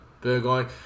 Burgoyne